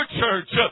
church